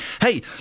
Hey